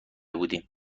بودیم